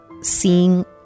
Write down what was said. ...seeing